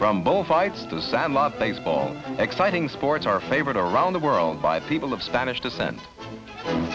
from both sides to sandlot baseball exciting sports our favorite around the world by people of spanish descent